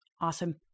Awesome